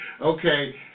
Okay